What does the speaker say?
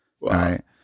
Right